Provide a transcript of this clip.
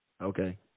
Okay